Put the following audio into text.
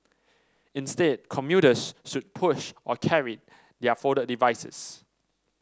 instead commuters should push or carry their folded devices